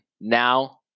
now